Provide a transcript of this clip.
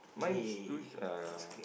mine is two shoe uh ya